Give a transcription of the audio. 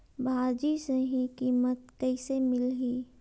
भाजी सही कीमत कइसे मिलही?